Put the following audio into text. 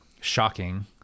shocking